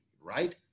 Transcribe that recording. right